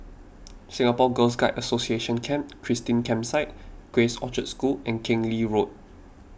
Singapore Girl Guides Association Camp Christine Campsite Grace Orchard School and Keng Lee Road